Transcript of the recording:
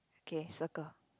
okay circle